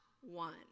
one